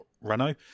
Renault